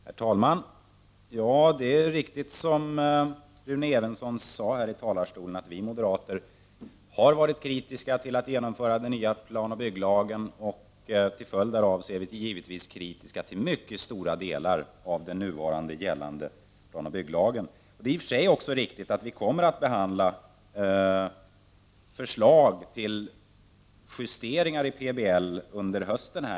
Herr talman! Ja, det är riktigt som Rune Evensson sade i talarstolen. Vi moderater har varit kritiska till att genomföra den nya planoch bygglagen. Till följd därav är vi givetvis kritiska till mycket stora delar av den nu gällande planoch bygglagen. Det är också riktigt att vi kommer att behandla förslag till justeringar i PBL under hösten.